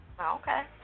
Okay